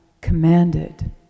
commanded